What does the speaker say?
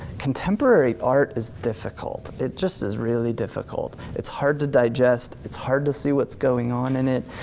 contemporary art is difficult. it just is really difficult. it's hard to digest, it's hard to see what's going on in it,